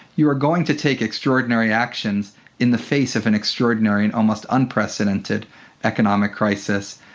you are going to take extraordinary actions in the face of an extraordinary and almost unprecedented economic crisis,